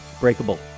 Breakable